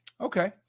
okay